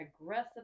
aggressive